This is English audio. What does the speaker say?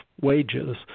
wages